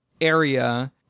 area